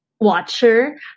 Watcher